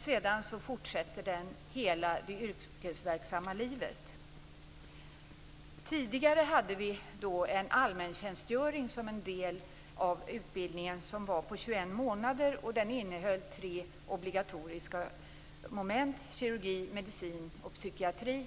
sedan fortsätter utbildningen under hela det yrkesverksamma livet. Tidigare utgjorde en 21 månader lång allmäntjänstgöring en del av utbildningen. Den innehöll tre obligatoriska moment: kirurgi, medicin och psykiatri.